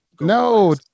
No